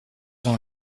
ont